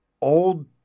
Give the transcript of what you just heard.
old –